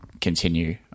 continue